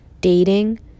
dating